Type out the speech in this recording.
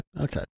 okay